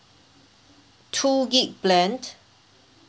two gig plan